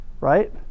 right